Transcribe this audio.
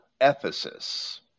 Ephesus